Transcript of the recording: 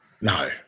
No